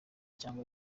cyangwa